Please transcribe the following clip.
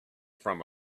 from